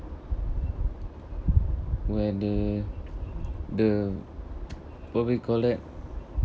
where the the what we call that